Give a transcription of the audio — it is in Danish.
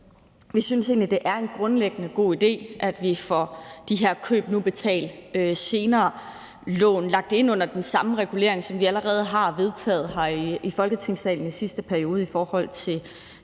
Vi synes egentlig, det er en grundlæggende god idé, at vi får de her køb nu, betal senere-lån lagt ind under den samme regulering, som vi allerede har vedtaget her i Folketingssalen i sidste periode i forhold til